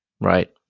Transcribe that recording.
Right